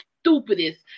Stupidest